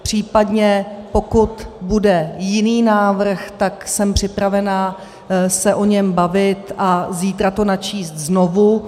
Případně pokud bude jiný návrh, tak jsem připravena se o něm bavit a zítra to načíst znovu.